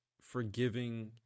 forgiving